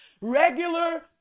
regular